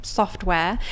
software